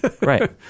Right